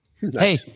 Hey